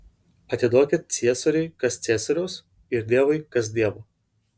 atiduokit ciesoriui kas ciesoriaus ir dievui kas dievo